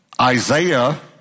Isaiah